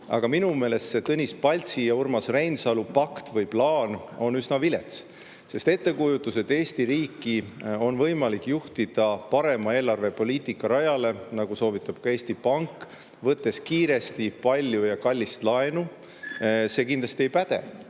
aga minu meelest see Tõnis Paltsi ja Urmas Reinsalu pakt või plaan on üsna vilets. Ettekujutus, et Eesti riiki on võimalik juhtida parema eelarvepoliitika rajale, mida soovitab ka Eesti Pank, võttes kiiresti, palju ja kallist laenu, kindlasti ei päde. Teine